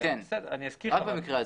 רק במקרה הזה.